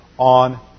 On